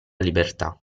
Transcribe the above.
libertà